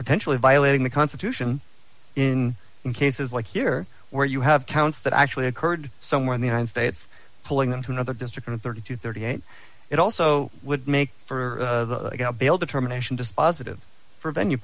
potentially violating the constitution in some cases like here where you have counts that actually occurred somewhere in the united states pulling them to another district and thirty to thirty eight it also would make for a bail determination dispositive for venue